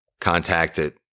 contacted